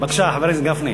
בבקשה, חבר הכנסת גפני.